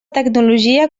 tecnologia